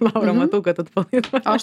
laura matau kad atpalaidavo